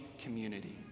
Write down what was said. community